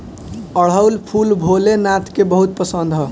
अढ़ऊल फूल भोले नाथ के बहुत पसंद ह